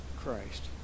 Christ